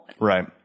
Right